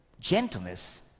gentleness